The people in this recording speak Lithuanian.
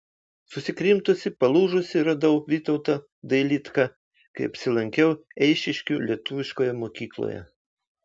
susikrimtusį palūžusį radau vytautą dailidką kai apsilankiau eišiškių lietuviškoje mokykloje